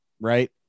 Right